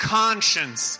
conscience